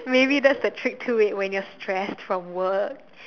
maybe that's the trick to it when you're stressed from work